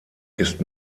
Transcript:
ist